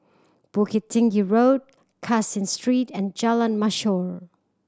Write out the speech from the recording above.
Bukit Tinggi Road Caseen Street and Jalan Mashhor